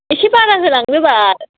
इसे बारा होलांदो बाल